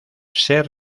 ser